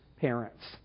parents